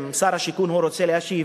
אם שר השיכון רוצה להשיב,